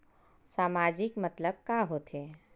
सामाजिक मतलब का होथे?